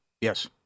Yes